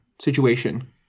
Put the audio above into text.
situation